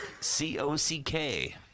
c-o-c-k